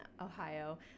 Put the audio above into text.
Ohio